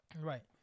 Right